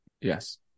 Yes